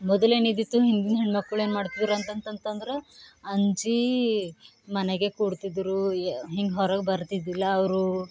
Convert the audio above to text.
ಮೊದಲೇನಿದ್ದಿತ್ತು ಹಿಂದಿನ ಹೆಣ್ಮಕ್ಕಳು ಏನು ಮಾಡ್ತಿದ್ದರು ಅಂತಂತಂತಂದರೆ ಅಂಜಿ ಮನೆಗೆ ಕೂಡ್ತಿದ್ದರು ಹಿಂಗೆ ಹೊರಗೆ ಬರ್ತಿದ್ದಿಲ್ಲ ಅವರು